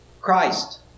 Christ